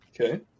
Okay